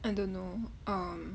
I don't know um